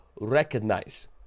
recognize